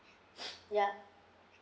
yeah